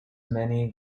many